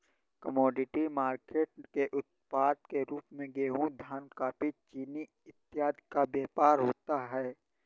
commodity market के उत्पाद के रूप में गेहूं धान कॉफी चीनी इत्यादि का व्यापार होता है